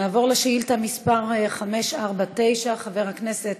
נעבור לשאילתה מס' 549, של חבר הכנסת